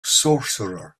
sorcerer